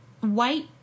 White